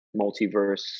multiverse